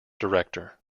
director